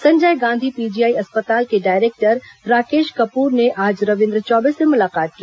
Sanjay Gandhi PGI अस्पताल के director Rakesh Kapoor ने आज रविन्द्र चौबे से मुलाकात की